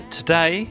today